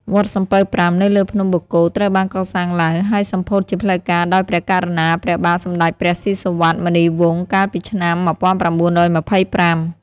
វត្តសំពៅប្រាំនៅលើភ្នំបូកគោត្រូវបានកសាងឡើង ហើយសម្ពោធជាផ្លូវការដោយព្រះករុណា ព្រះបាទសម្ដេចព្រះស៊ីសុវត្ថិ-មុនីវង្ស កាលពីឆ្នាំ ១៩២៥ ។